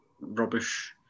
rubbish